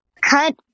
cut